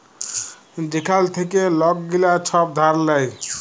যেখাল থ্যাইকে লক গিলা ছব ধার লেয়